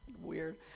weird